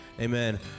amen